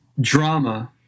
drama